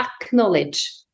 acknowledge